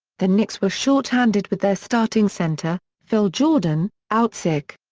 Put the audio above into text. the knicks were shorthanded with their starting center, phil jordon, out sick.